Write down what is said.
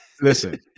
Listen